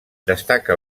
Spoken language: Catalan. destaca